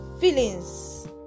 feelings